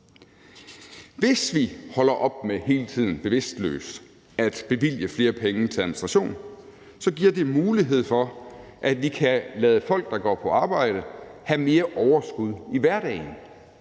Hvis vi holder op med hele tiden bevidstløst at bevilge flere penge til administration, giver det mulighed for, at vi kan lade folk, der går på arbejde, have mere overskud i hverdagen